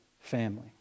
family